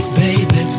baby